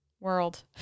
world